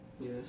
Yes